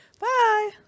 Bye